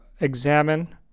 examine